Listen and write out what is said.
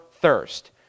thirst